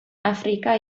afrika